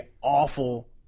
awful